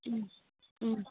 ഹ്മ് ഹമ്